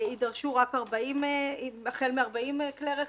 יידרשו החל מ-40 כלי רכב,